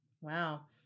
Wow